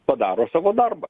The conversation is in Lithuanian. padaro savo darbą